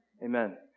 Amen